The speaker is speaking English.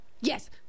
yes